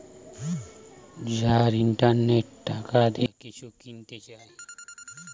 যারা ইন্টারনেটে টাকা দিয়ে কিছু কিনতে চায়